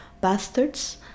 bastards